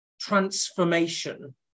transformation